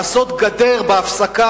לעשות גדר בחצר,